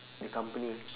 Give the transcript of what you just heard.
the company